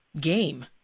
game